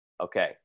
Okay